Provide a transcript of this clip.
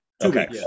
Okay